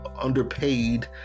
Underpaid